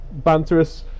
banterous